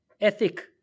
ethic